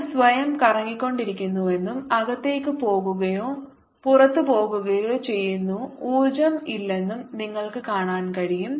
അത് സ്വയം കറങ്ങിക്കൊണ്ടിരിക്കുന്നുവെന്നും അകത്തേക്ക് പോകുകയോ പുറത്തു പോകുകയോ ചെയ്യുന്ന ഊർജ്ജം ഇല്ലെന്നും നിങ്ങൾക്ക് കാണാൻ കഴിയും